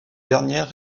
dernière